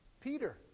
Peter